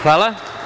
Hvala.